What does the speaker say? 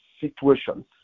situations